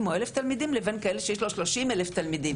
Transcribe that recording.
או 1,000 תלמידים לבין כאלה שיש בו 30,000 תלמידים.